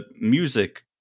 music